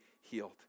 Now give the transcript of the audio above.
healed